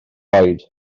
oed